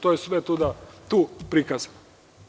To je sve tu prikazano.